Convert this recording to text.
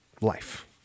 life